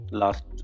last